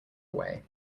away